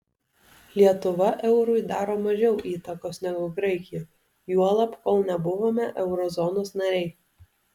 lietuva eurui daro mažiau įtakos negu graikija juolab kol nebuvome euro zonos nariai